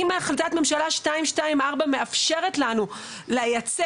אם החלטת ממשלה 224 מאפשרת לנו לייצא,